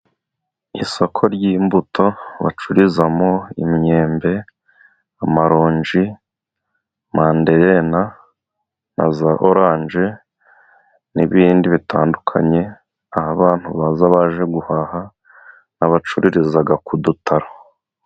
Isoko ry'imbuto bacururizamo imyembe, amarongi, manderena na za orange n'ibindi bitandukanye aha abantu baza baje guhaha n'abacururiza ku dutaro.